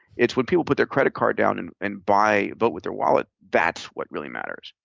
it's what people put their credit card down and and buy, vote with their wallet. that's what really matters.